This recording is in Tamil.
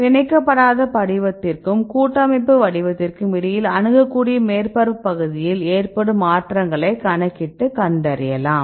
பிணைக்கபடாத படிவத்திற்கும் கூட்டமைப்பு வடிவத்திற்கும் இடையில் அணுகக்கூடிய மேற்பரப்பு பகுதியில் ஏற்படும் மாற்றங்களை கணக்கிட்டு கண்டறியலாம்